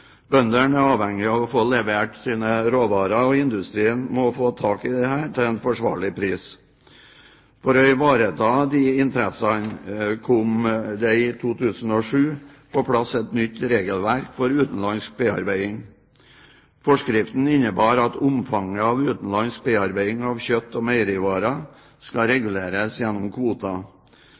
Bøndene er avhengig av å få levert sine råvarer, og industrien må få tak i dette til en forsvarlig pris. For å ivareta disse interessene kom det i 2007 på plass et nytt regelverk for utenlandsk bearbeiding. Forskriften innebar at omfanget av utenlandsk bearbeiding av kjøtt og meierivarer skal reguleres gjennom kvoter.